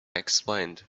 explained